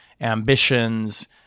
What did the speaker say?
ambitions